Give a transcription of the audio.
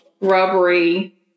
Rubbery